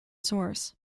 source